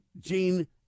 gene